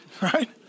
Right